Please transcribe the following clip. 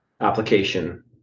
application